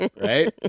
Right